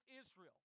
Israel